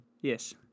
Yes